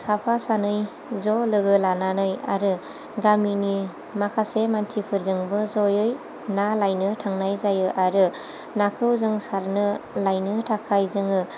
साफा सानै ज' लोगो लानानै आरो गामिनि माखासे मानसिफोरजोंबो जयै ना लायनो थांनाय जायो आरो नाखौ जों सारनो लायनो थाखाय जोङो